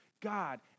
God